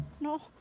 No